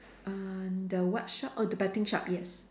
uh the what shop oh the betting shop yes